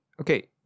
Okay